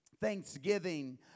thanksgiving